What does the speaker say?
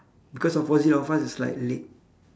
because opposite of us is like lake